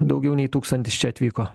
daugiau nei tūkstantis čia atvyko